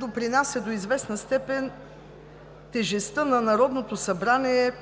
допринася до известна степен тежестта на Народното събрание